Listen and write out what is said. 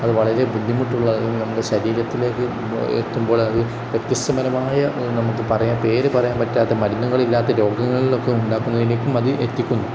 അത് വളരെ ബുദ്ധിമുട്ടുള്ളതും നമ്മുടെ ശരീരത്തിലേക്ക് എത്തുമ്പോൾ അത് വ്യത്യസ്തപരമായ നമുക്ക് പറയാൻ പേര് പറയാൻ പറ്റാത്ത മരുന്നുകൾ ഇല്ലാത്ത രോഗങ്ങളിലൊക്കെ ഉണ്ടാക്കുന്നതിലേക്കും അത് എത്തിക്കുന്നു